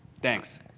thanks.